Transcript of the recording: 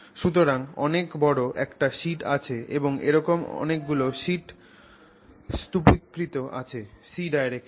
সুতরাং অনেক বড় একটা শিট আছে এবং এরকম অনেক গুলো শিট স্তুপীকৃত আছে c ডাইরেকশনে